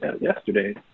yesterday